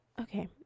Okay